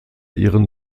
ihren